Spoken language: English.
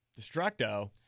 Destructo